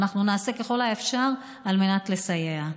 ואנחנו נעשה ככל האפשר על מנת לסייע.